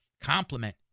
compliment